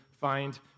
find